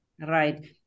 Right